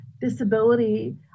disability